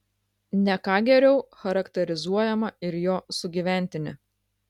ne ką geriau charakterizuojama ir jo sugyventinė